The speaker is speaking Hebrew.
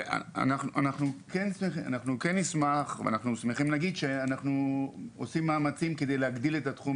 אנחנו שמחים להגיד שאנחנו עושים מאמצים כדי להגדיל את התחום